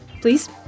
Please